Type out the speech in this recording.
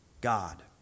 God